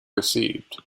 received